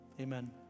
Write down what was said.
Amen